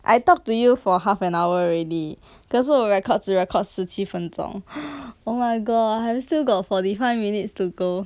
I talk to you for half an hour already 可是我 record 只 record 十七分钟 oh my god 还是 got forty five minutes to go